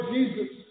Jesus